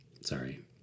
Sorry